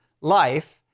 life